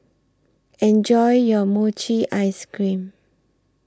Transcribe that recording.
Enjoy your Mochi Ice Cream